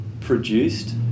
produced